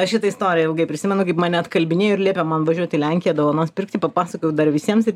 aš šitą istoriją ilgai prisimenu kaip mane atkalbinėjo ir liepė man važiuot į lenkiją dovanos pirkti papasakojau dar visiems ir